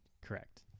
correct